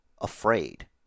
afraid